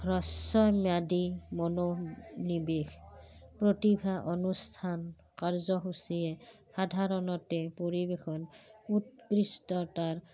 ম্যাদি মনোনিৱেশ প্ৰতিভা অনুষ্ঠান কাৰ্যসূচীয়ে সাধাৰণতে পৰিৱেশন উৎকৃষ্টতাৰ